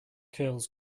curls